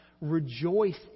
rejoice